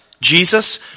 Jesus